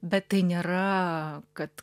bet tai nėra kad